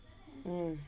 mm